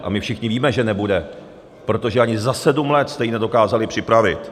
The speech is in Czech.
A my všichni víme, že nebude, protože ani za sedm let jste ji nedokázali připravit.